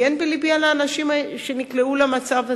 כי אין בלבי על האנשים שנקלעו למצב הזה,